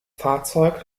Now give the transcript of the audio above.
fahrzeug